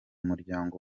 muryango